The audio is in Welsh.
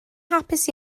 hapus